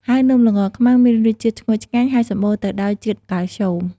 ហើយនំល្ងខ្មៅមានរសជាតិឈ្ងុយឆ្ងាញ់ ហើយសម្បូរទៅដោយជាតិកាល់ស្យូម។